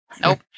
Nope